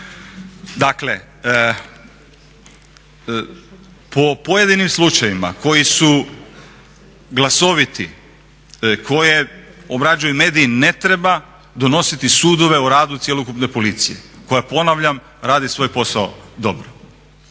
Dakle, po pojedinim slučajevima koji su glasoviti, koje obrađuju mediji ne treba donositi sudove u radu cjelokupne policije koja ponavljam radi svoj posao dobro.